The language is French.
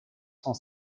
cent